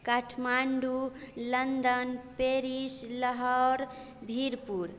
Kathmandu London Paris Lahore Bhirpur